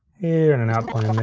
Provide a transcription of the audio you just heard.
yeah and an out point